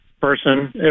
person